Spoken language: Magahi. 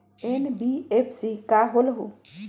एन.बी.एफ.सी का होलहु?